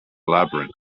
labyrinth